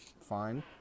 fine